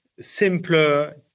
simpler